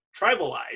tribalized